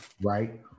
right